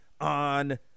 on